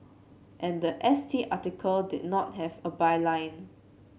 and the S T article did not have a byline